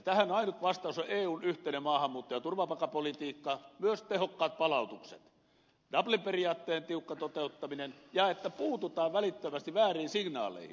tähän ainut vastaus on eun yhteinen maahanmuutto ja turvapaikkapolitiikka myös tehokkaat palautukset dublin periaatteen tiukka toteuttaminen ja että puututaan välittömästi vääriin signaaleihin